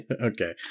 Okay